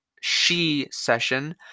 she-session